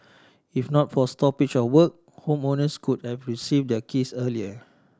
if not for stoppage of work homeowners could have receive their keys earlier